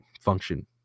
function